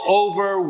over